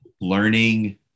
learning